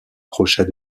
crochet